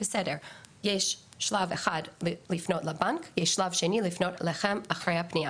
יש שלב אחד לפנות לבנק ושלב שני לפנות אליכם אחרי הפניה,